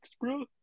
bro